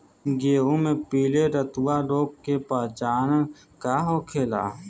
गेहूँ में पिले रतुआ रोग के पहचान का होखेला?